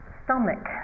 stomach